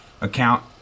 account